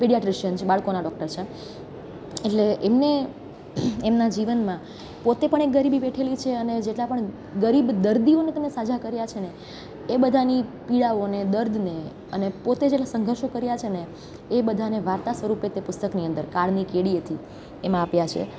paediatrician છે બાળકોના doctor છે એટલે એમને એમના જીવનમાં પોતે પણ એ ગરીબી વેઠેલી છે અને જેટલા પણ ગરીબ દર્દીઓને તમે સાજા કર્યા છે ને એ બધાની પીડાઓને દર્દને અને પોતે જેટલા સંઘર્ષો કર્યા છે ને એ બધાને વાર્તા સ્વરૂપે તે પુસ્તકની અંદર કાળની કેડીએથી એમાં આપ્યા છે